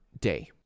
Day